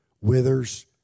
withers